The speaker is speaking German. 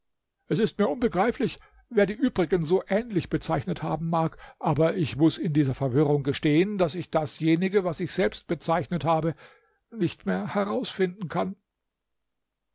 es ist mir unbegreiflich wer die übrigen so ähnlich bezeichnet haben mag aber ich muß in dieser verwirrung gestehen daß ich dasjenige was ich selbst bezeichnet habe nicht mehr herausfinden kann